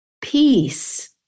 Peace